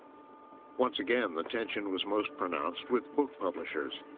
once again, the tension was most pronounced with book publishers.